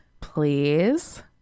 please